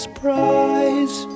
prize